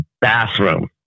bathroom